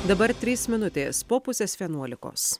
dabar trys minutės po pusės vienuolikos